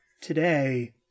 today